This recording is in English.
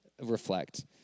reflect